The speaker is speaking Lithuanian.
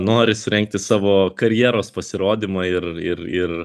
nori surengti savo karjeros pasirodymą ir ir ir